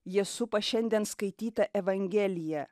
jie supa šiandien skaitytą evangeliją